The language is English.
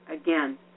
again